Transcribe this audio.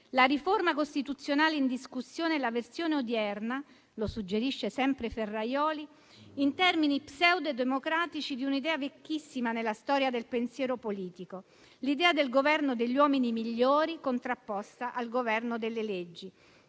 La riforma costituzionale in discussione è la versione odierna - come suggerisce sempre Ferrajoli - in termini pseudo democratici di un'idea vecchissima nella storia del pensiero politico: l'idea del Governo degli uomini migliori contrapposta al Governo delle leggi